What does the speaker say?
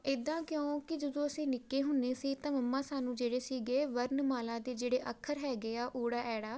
ਇੱਦਾਂ ਕਿਉਂਕਿ ਜਦੋਂ ਅਸੀਂ ਨਿੱਕੇ ਹੁੰਦੇ ਸੀ ਤਾਂ ਮੰਮਾ ਸਾਨੂੰ ਜਿਹੜੇ ਸੀਗੇ ਵਰਨਮਾਲਾ ਦੇ ਜਿਹੜੇ ਅੱਖਰ ਹੈਗੇ ਆ ਊੜਾ ਐੜਾ